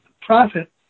Profit